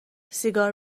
سیگار